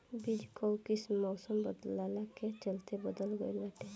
बीज कअ किस्म मौसम बदलला के चलते बदल गइल बाटे